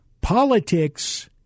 Politics